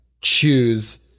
choose